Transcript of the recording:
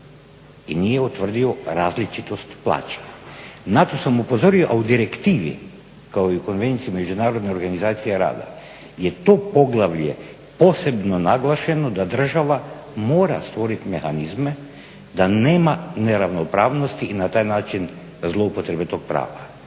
i nije utvrdio različitost plaćanja. Na to sam upozorio. A u direktivi, kao i u konvenciji Međunarodne organizacije rada je to poglavlje posebno naglašeno da država mora stvorit mehanizme da nema neravnopravnosti i na taj način zloupotrebe tog prava.